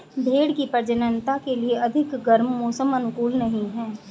भेंड़ की प्रजननता के लिए अधिक गर्म मौसम अनुकूल नहीं है